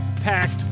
packed